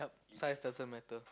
size doesn't matter